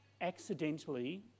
accidentally